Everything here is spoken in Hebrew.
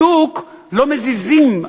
בדוק לא מזיזים.